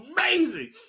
amazing